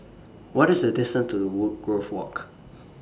What IS The distance to Woodgrove Walk